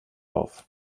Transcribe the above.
auf